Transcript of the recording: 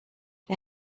der